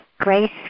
grace